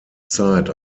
zeit